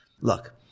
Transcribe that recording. Look